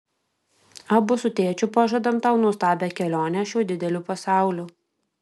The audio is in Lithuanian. abu su tėčiu pažadam tau nuostabią kelionę šiuo dideliu pasauliu